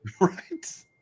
right